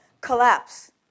collapse